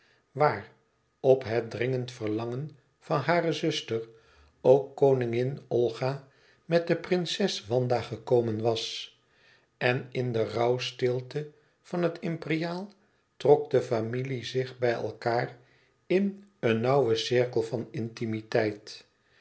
waar op het dringend verlangen van hare zuster ook koningin olga met de prinses wanda gekomen was en in de rouwstilte van het imperiaal trok de familie zich bij elkaâr in een nauwen cirkel van intimiteit